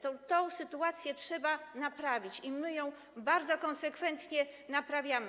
Tę sytuację trzeba naprawić i my ją bardzo konsekwentnie naprawiamy.